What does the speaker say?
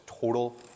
total